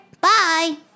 bye